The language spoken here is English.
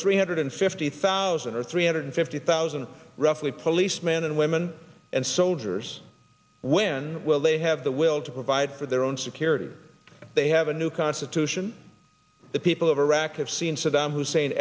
three hundred fifty a thousand or three hundred fifty thousand roughly police men and women and soldiers when will they have the will to provide for their own security they have a new constitution the people of iraq have seen saddam hussein